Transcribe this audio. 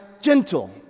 gentle